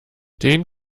den